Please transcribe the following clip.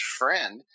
friend